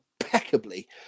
impeccably